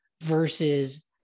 versus